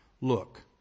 Look